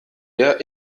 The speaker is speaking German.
der